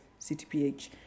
CTPH